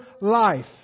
life